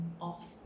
off